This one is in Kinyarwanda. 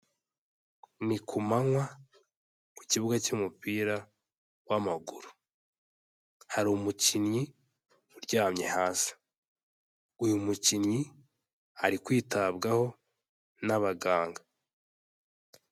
Ni ku manywa, ku kibuga cy'umupira w'amaguru, hari umukinnyi uryamye hasi, uyu mukinnyi ari kwitabwaho n'abaganga.